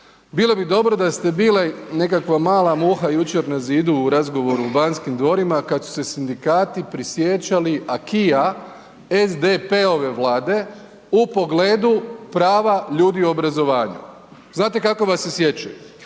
Bilo bi dobro da ste bili nekakva mala muha jučer na zidu u razgovoru u Banskim dvorima kad su se sindikati prisjećali akia SDP-ove vlade u pogledu prava ljudi u obrazovanje. Znate kako vas se sjećaju,